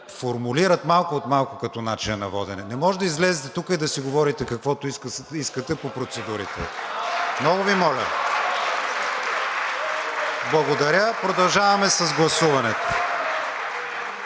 формулирате малко от малко като начина на водене. Не може да излезете тук и да си говорите каквото искате по процедурите. (Ръкопляскания от ДПС.) Много Ви моля! Благодаря, продължаваме с гласуването.